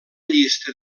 llista